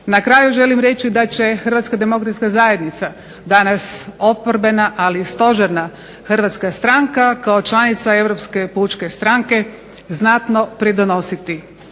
Na kraju želim reći da će HDZ danas oporbena, ali stožerna hrvatska stranka kao članica Europske pučke stranke znatno pridonositi